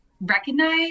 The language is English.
recognize